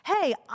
hey